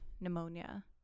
pneumonia